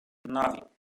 nove